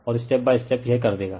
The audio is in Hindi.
और स्टेप बाय स्टेप यह कर देगा